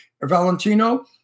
Valentino